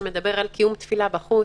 11א מדבר על קיום תפילה בחוץ.